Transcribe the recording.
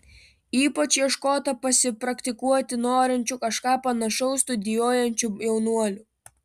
ypač ieškota pasipraktikuoti norinčių kažką panašaus studijuojančių jaunuolių